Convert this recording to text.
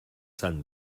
sant